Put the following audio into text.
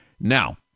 Now